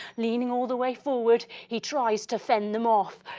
leaning all the way forward he tries to fend them off,